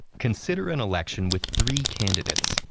consider an election with three candidates.